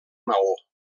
maó